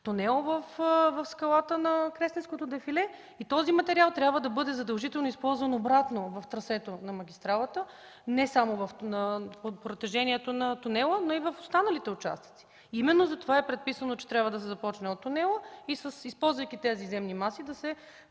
тунел в скалите на Кресненското дефиле. Този материал да бъде задължително използван обратно в трасето на магистралата не само по протежението на тунела, но и в останалите участъци. Затова е предписано, че трябва да се започне от тунела и използвайки тези земни маси, да се